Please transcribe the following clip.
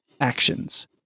actions